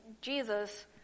Jesus